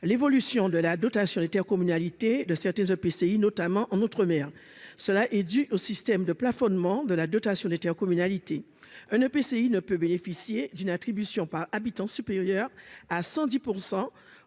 l'évolution de la dotation intercommunalité de certains EPCI notamment en outre-mer, cela est dû au système de plafonnement de la dotation n'était communalité un EPCI ne peut bénéficier d'une attribution par habitant supérieur à 110